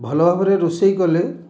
ଭଲ ଭାବରେ ରୋଷେଇ କଲେ